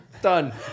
Done